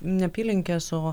ne apylinkes o